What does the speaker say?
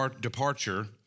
departure